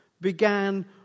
began